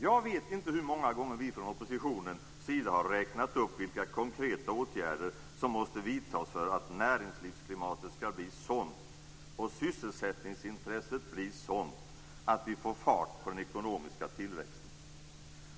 Jag vet inte hur många gånger som vi från oppositionens sida har räknat upp vilka konkreta åtgärder som måste vidtas för att näringslivsklimatet skall bli sådant och sysselsättningsintresset bli sådant att vi får fart på den ekonomiska tillväxten.